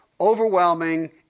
overwhelming